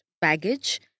baggage